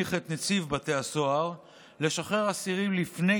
מסמיך את נציב בתי הסוהר לשחרר אסירים לפני